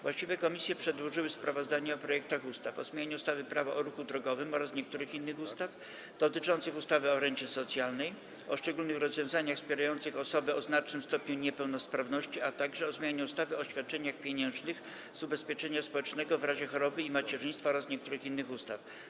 Właściwe komisje przedłożyły sprawozdania o projektach ustaw: - o zmianie ustawy Prawo o ruchu drogowym oraz niektórych innych ustaw, - dotyczących ustawy o rencie socjalnej, - o szczególnych rozwiązaniach wspierających osoby o znacznym stopniu niepełnosprawności, - o zmianie ustawy o świadczeniach pieniężnych z ubezpieczenia społecznego w razie choroby i macierzyństwa oraz niektórych innych ustaw.